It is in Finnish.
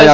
hen